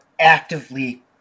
actively